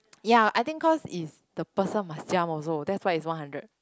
ya I think cause is the person must jump also that's why it's one hundred